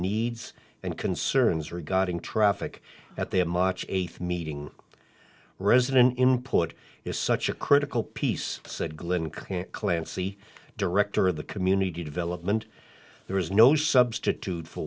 needs and concerns regarding traffic at their macho eighth meeting resident input is such a critical piece said glyn clancy director of the community development there is no substitute for